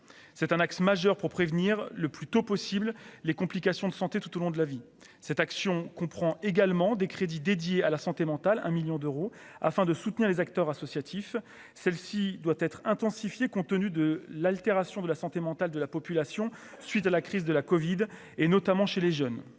c'est un axe majeur pour prévenir le plus tôt possible, les complications de santé tout au long de la vie cette action comprend également des crédits dédiés à la santé mentale, un 1000000 d'euros afin de soutenir les acteurs associatifs, celle-ci doit être intensifiée, compte tenu de l'altération de la santé mentale de la population, suite à la crise de la Covid, et notamment chez les jeunes,